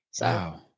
Wow